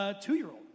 two-year-old